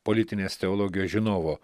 politinės teologijos žinovo